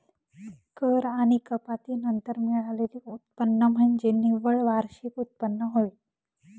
कर आणि कपाती नंतर मिळालेले उत्पन्न म्हणजे निव्वळ वार्षिक उत्पन्न होय